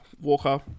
Walker